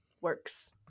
works